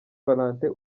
valentin